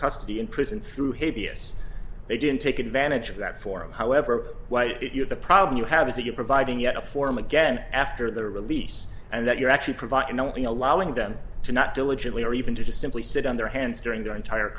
custody in prison through hideous they didn't take advantage of that forum however what you the problem you have is that you're providing yet a form again after their release and that you're actually provided only allowing them to not diligently or even to simply sit on their hands during the entire